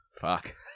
fuck